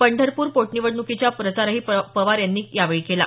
पंढरपूर पोटनिवडणुकीच्या प्रचारही पवार यांनी यावेळी केला